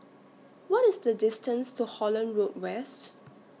What IS The distance to Holland Road West